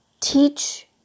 teach